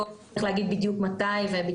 לא צריך להגיד בדיוק מתי.